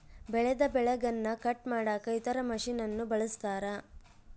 ಬೆಳೆದ ಬೆಳೆಗನ್ನ ಕಟ್ ಮಾಡಕ ಇತರ ಮಷಿನನ್ನು ಬಳಸ್ತಾರ